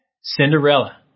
Cinderella